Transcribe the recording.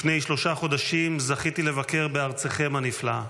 לפני שלושה חודשים זכיתי לבקר בארצכם הנפלאה